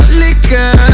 liquor